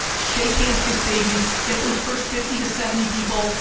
shake hands, kiss babies, get those first fifty to seventy people.